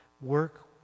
Work